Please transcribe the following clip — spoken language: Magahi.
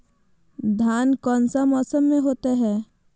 धान कौन सा मौसम में होते है?